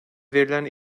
verilen